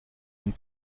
une